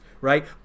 right